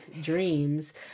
dreams